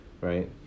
right